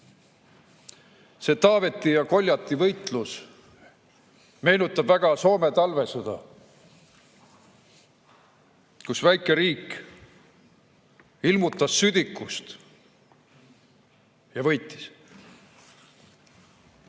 See Taaveti ja Koljati võitlus meenutab väga Soome talvesõda, kui väike riik ilmutas südikust ja võitis.